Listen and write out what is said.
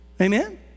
Amen